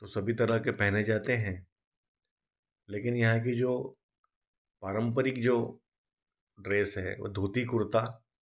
तो सभी तरह के पहने जाते हैं लेकिन यहाँ की जो पारम्परिक जो ड्रेस है वो धोती कुर्ता